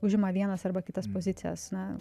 užima vienas arba kitas pozicijas na